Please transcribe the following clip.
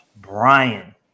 Brian